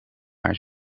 haar